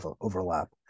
overlap